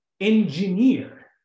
engineer